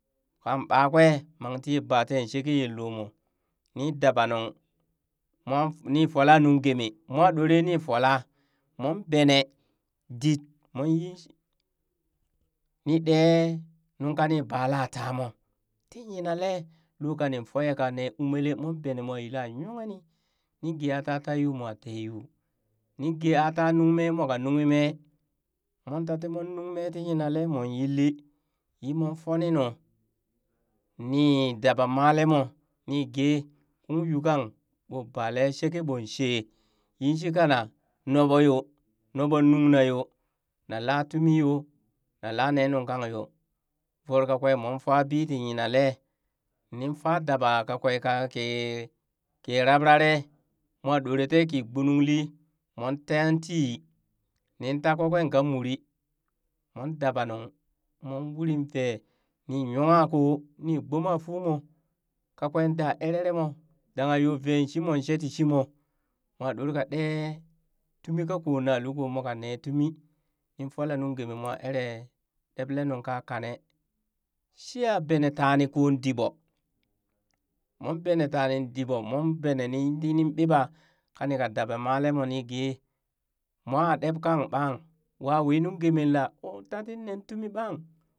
Kamm ɓakwee mang tiye ba tee sheke yen lomo nii dabanung mwa nii folan nungeeme, moa ɗoree ni fola, mon benedit, mon yin shi nii ɗee nung kani balatamoo tii yinale lul kani foya ka nee umelee mom benee moo yila yonghe ni, niin gee aa tata yuu mwa tee yuu, nii gee aa ta nuŋ mee, moo ka nunghi mee mon taa tii mon nuŋ mee tii yinalee mon yilli yi mon funi nu ni dabamalee moo nii gee ung yuu kang ɓoo balee shikeeɓoon she, yinshi kana noɓo yoo noɓon nungna yoo, nalaa tumi yoo nalaa nee nung kang yoo, voro kakwee mun faa bii tii yinalee nin faa daba kakwee, ka ki ki rabraree moo ɗoree tee ki gbonungli mon tee tii ninta kakwee ka muri, mon dabaa nuŋ mon urin vee, nii nywaa koo ni gboma fuumoo kakwee daa erere moo dangha yoo vee shimoo she tii shimoo mo ɗoree ka ɗee tumi kakoo na lul kakoo moka ne tumi nin folaa nungemi mo eree ɓaɓlee nung kakane shiiya benee tanin kon dii ɓoo mon ɓenee tanin di ɓoo mon benee nin ɗi nin ɓibaa kani ka dabamalee moo ni gee moo aa ɗeeb kang ɓang wa wi nuŋ geeme laa? o tati nee tumi ɓang.